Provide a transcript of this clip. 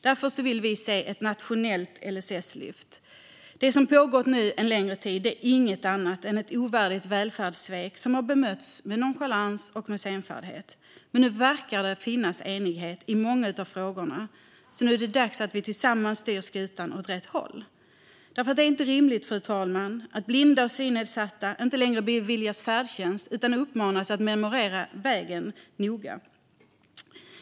Därför vill vi se ett nationellt LSS-lyft. Det som pågått en längre tid är inget annat än ett ovärdigt välfärdssvek som har bemötts med nonchalans och senfärdighet. Men nu verkar det finnas enighet i många av frågorna. Det är dags att vi tillsammans styr skutan åt rätt håll. Fru talman! Det är inte rimligt att blinda och synnedsatta inte längre beviljas färdtjänst utan uppmanas att noga memorera vägen.